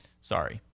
Sorry